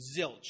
zilch